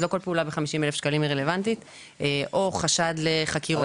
אז לא כל פעולה ב-50,000 שקלים היא רלוונטית או חשד לחקירות.